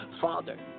Father